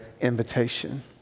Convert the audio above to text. invitation